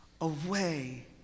away